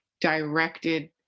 directed